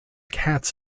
cats